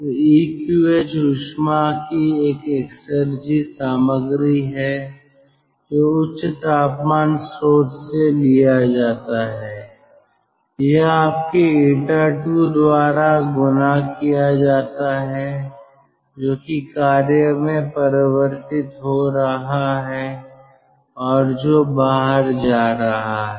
तो EQH ऊष्मा की एक एक्सेरजी सामग्री है जो उच्च तापमान स्रोत से लिया जाता है यह आपके 𝜂II द्वारा गुणा किया जाता है जो कि कार्य में परिवर्तित हो रहा है और जो बाहर जा रहा है